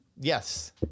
yes